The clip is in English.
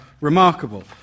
remarkable